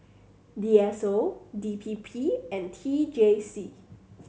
D S O D P P and T J C